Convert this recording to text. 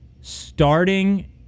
Starting